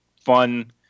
fun